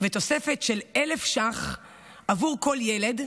ותוספת של 1,000 שקלים עבור כל ילד,